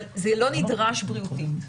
אבל זה לא נדרש בריאותית.